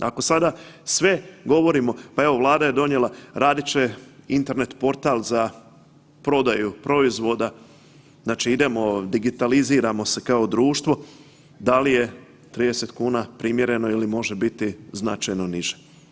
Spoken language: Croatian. Ako sada sve govorimo, pa evo Vlada je donijela radit će Internet portal za prodaju proizvoda, znači idemo, digitaliziramo se kao društvo da li je 30 kuna primjereno ili može biti značajno niže.